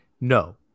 No